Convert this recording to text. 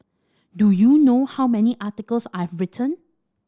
do you know how many articles I've written